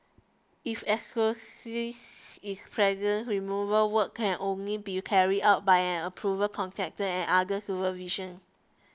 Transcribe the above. if is present removal work can only be carried out by an approved contractor and under supervision